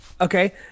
Okay